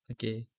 okay